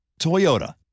Toyota